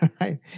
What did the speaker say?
right